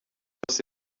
bose